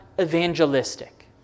evangelistic